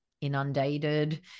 inundated